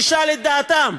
נשאל את דעתם.